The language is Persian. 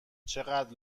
چقدر